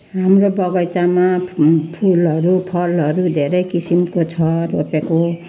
हाम्रो बगैँचामा फुलहरू फलहरू धेरै किसिमको छ रोपेको